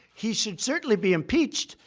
he should certainly be impeached,